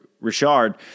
Richard